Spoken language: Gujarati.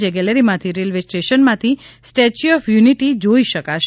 જે ગેલેરીમાંથી રેલ્વે સ્ટેશનમાંથી સ્ટેચ્યુ ઓફ યુનિટી જોઇ શકાશે